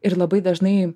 ir labai dažnai